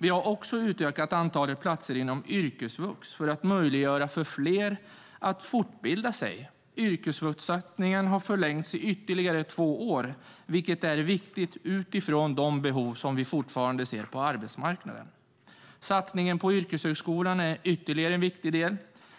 Vi har också utökat antalet platser inom yrkesvux för att möjliggöra för fler att fortbilda sig. Yrkesvuxsatsningen har förlängts i ytterligare två år vilket är viktigt med tanke på de behov vi fortfarande ser på arbetsmarknaden. Satsningen på yrkeshögskolan är också en viktig del.